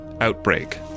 Outbreak